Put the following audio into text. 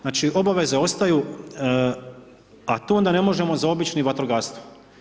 Znači obaveze ostaju a tu onda ne možemo zaobići vatrogastvo.